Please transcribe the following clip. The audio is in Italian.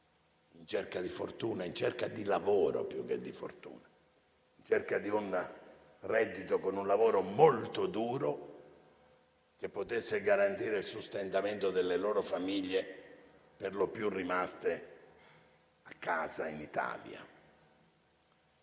in cerca di fortuna, in cerca di lavoro più che di fortuna, in cerca di un reddito con un lavoro molto duro, che potesse garantire il sostentamento delle loro famiglie perlopiù rimaste a casa, in Italia.